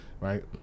Right